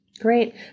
great